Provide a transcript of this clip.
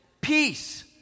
Peace